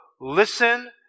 listen